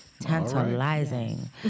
Tantalizing